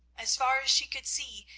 as far as she could see,